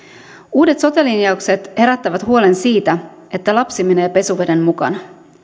uudet sote linjaukset herättävät huolen siitä että lapsi menee pesuveden mukana